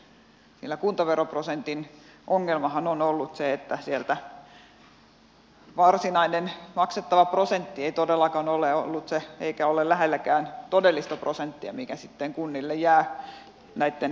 meillähän kuntaveroprosentin ongelma on ollut se että siellä varsinainen maksettava prosentti ei todellakaan ole ollut se eikä ole lähelläkään todellista prosenttia mikä sitten kunnille jää näitten vähennysten osalta